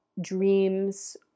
dreams